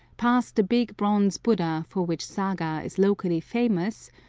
past the big bronze buddha for which saga is locally famous,